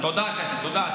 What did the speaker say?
תודה, קטי, תודה.